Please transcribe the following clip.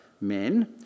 men